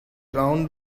round